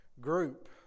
group